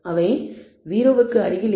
அவை 0 க்கு அருகில் இல்லை